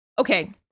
okay